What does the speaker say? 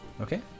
Okay